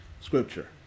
scripture